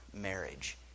marriage